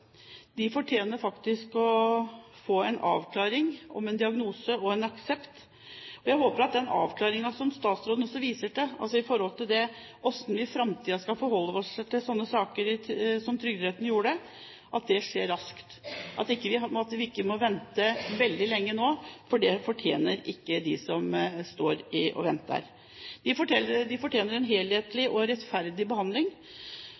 De har vært ute av arbeidslivet i mange år nå, og de fortjener å få en avklaring om en diagnose og en aksept. Jeg håper at den avklaringen, som også statsråden viser til når det gjelder hvordan vi i framtiden skal forholde oss til slike saker etter kjennelsene i Trygderetten, skjer raskt, og at vi ikke må vente veldig lenge nå, for det fortjener ikke de som står og venter. De fortjener en helhetlig og rettferdig behandling.